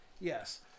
Yes